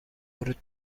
ورود